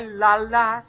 la-la